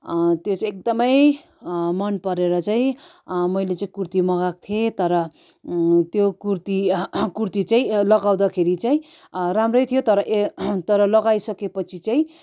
त्यो चाहिँ एकदमै मन परेर चाहिँ मैले चाहिँ कुर्ती मगाएको थिएँ तर त्यो कुर्ती त्यो कुर्ती चाहिँ लगाउँदाखेरि चाहिँ राम्रै थियो तर तर लगाई सके पछि चाहिँ